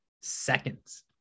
seconds